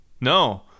No